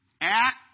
act